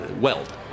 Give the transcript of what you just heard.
weld